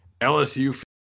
LSU